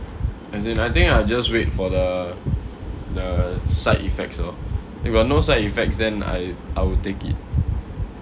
as in I think I just wait for the the side effects lor if got no side effects then I I will take it